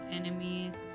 enemies